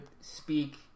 speak